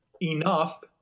enough